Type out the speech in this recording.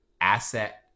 asset